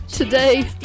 Today